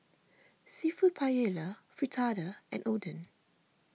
Seafood Paella Fritada and Oden